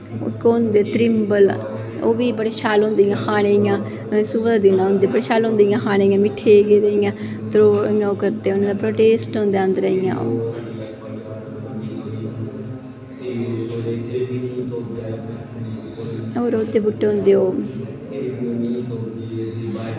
इक ओह् होंदें त्रिम्बल ओह् बी बड़े शैल होंदे इ'यां खाने गी इ'यां सोहै दै दिनें होंदे बड़े सैल होंदे इ'यां खाने गी मिट्ठे गेदे इ'यां ते इ'यां करदे ते बड़ा टेस्ट होंदा अंदरै इ'यां होर ओह्दे बूह्टे होंदे